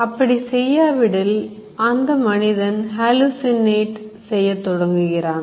அப்படி செய்யாவிடில் அந்த மனிதன் Hallucinate செய்ய தொடங்குகிறான்